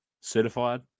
Certified